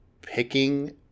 picking